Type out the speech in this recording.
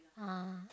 ah